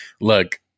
Look